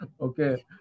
Okay